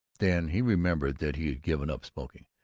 then he remembered that he had given up smoking.